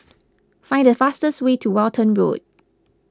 find the fastest way to Walton Road